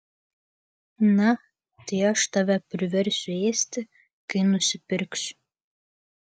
na tai aš tave priversiu ėsti kai nusipirksiu